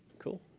cool.